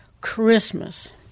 Christmas